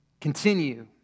Continue